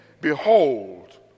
Behold